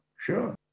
Sure